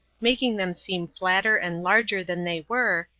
making them seem flatter and larger than they were,